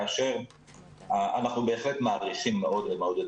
כאשר אנחנו בהחלט מעריכים מאוד מאוד את